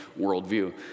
worldview